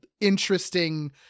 interesting